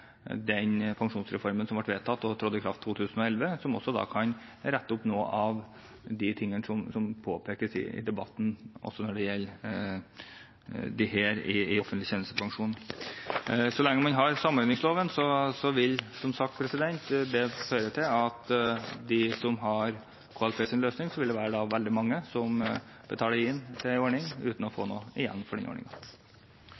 den pensjonsreformen som ble vedtatt og trådte i kraft i 2011, og som også kan rette opp noen av de tingene som er påpekt i debatten når det gjelder dette med offentlig tjenestepensjon. Så lenge man har samordningsloven, vil det som sagt føre til at det blant dem som har KLPs løsning, vil være veldig mange som betaler inn til en ordning, uten å få noe igjen fra den